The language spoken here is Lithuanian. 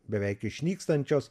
beveik išnykstančios